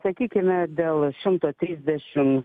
sakykime dėl šimto trisdešim